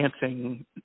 dancing